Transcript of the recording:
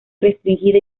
restringida